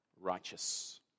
righteous